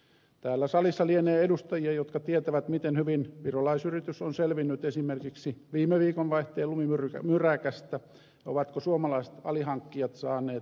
täällä salissa lienee edustajia jotka tietävät miten hyvin virolaisyritys on selvinnyt esimerkiksi viime viikonvaihteen lumimyräkästä ja ovatko suomalaiset alihankkijat saaneet rahansa